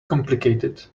complicated